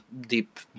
deep